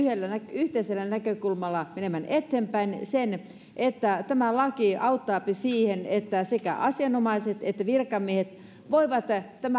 yhteisellä näkökulmalla menemään eteenpäin se että tämä laki auttaa siihen että sekä asianomaiset että virkamiehet voivat